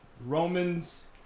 Romans